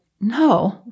No